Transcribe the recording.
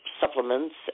supplements